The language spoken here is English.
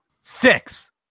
Six